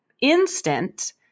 instant